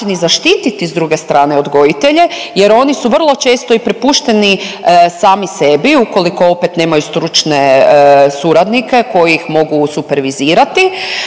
zaštiti s druge strane odgojitelje jer oni su vrlo često i prepušteni sami sebi ukoliko opet nemaju stručne suradnike koji ih mogu supervizirati,